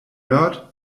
nerd